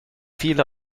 viele